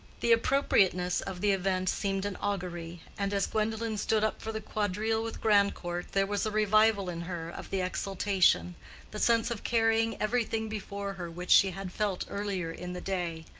the appropriateness of the event seemed an augury, and as gwendolen stood up for the quadrille with grandcourt, there was a revival in her of the exultation the sense of carrying everything before her, which she had felt earlier in the day.